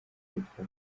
witwa